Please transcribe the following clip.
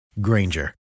Granger